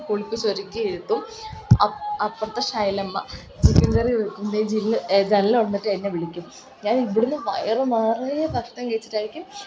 കുളിപ്പിച്ച് ഒരുക്കി ഇരുത്തും അപ് അപ്പറത്തെ ഷൈലമ്മ ചിക്കൻ കറി വെക്കുമ്പോൾ ജില് ജനല് തുറന്നിട്ട് എന്നെ വിളിക്കും ഞാൻ ഇവിടുന്ന് വയറ് നിറയെ ഭക്ഷണം കഴിച്ചിട്ടായിരിക്കും